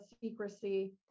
secrecy